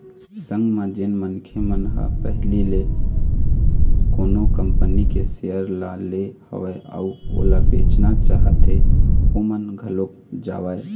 संग म जेन मनखे मन ह पहिली ले कोनो कंपनी के सेयर ल ले हवय अउ ओला बेचना चाहत हें ओमन घलोक जावँय